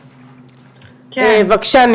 בבקשה,